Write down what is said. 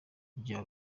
rya